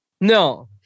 No